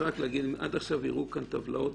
עד עכשיו הראו כאן טבלאות,